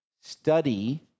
Study